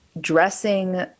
dressing